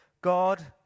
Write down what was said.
God